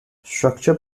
structure